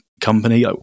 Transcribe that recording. Company